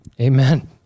Amen